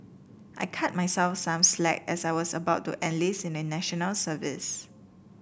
I cut myself some slack as I was about to enlist in a National Service